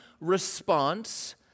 response